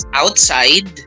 outside